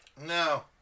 No